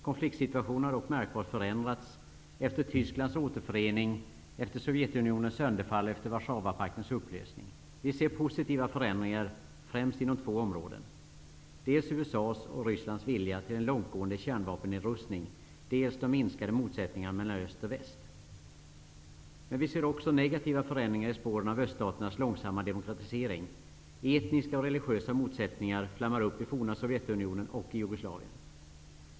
Konfliktsituationen har dock märkbart förändrats efter Tysklands återförening, efter Sovjetunionens sönderfall och efter Vi ser positiva förändringar främst inom två områden, dels USA:s och Rysslands vilja till en långtgående kärnvapennedrustning, dels de minskade motsättningarna mellan öst och väst. Men vi ser också negativa förändringar i spåren av öststaternas långsamma demokratisering. Etniska och religiösa motsättningar flammar upp i forna Sovjetunionen och Jugoslavien.